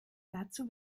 dazu